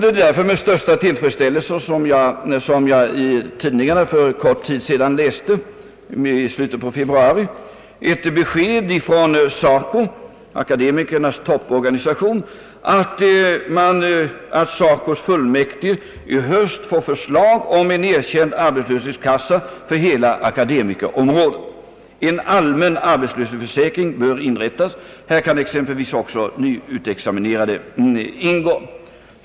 Det är därför som jag med största tillfredsställelse i tidningarna i slutet av februari läste ett besked från SACO — akademikernas topporganisation — att SACO:s fullmäktige i höst får ett förslag om en erkänd arbetslöshetskassa för hela akademikerområdet. En allmän arbetslöshetsförsäkring skall enligt förslaget inrättas, och den kan också omfatta nyexaminerade.